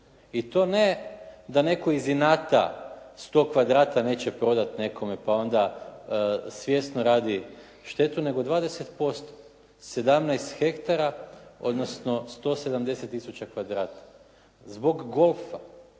I to ne da netko iz inata 100 kvadrata neće prodati nekome, pa onda svjesno radi štetu, nego 20%, 17 hektara, odnosno 170 tisuća kvadrata zbog golfa,